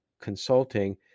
consulting